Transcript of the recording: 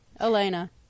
Elena